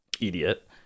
idiot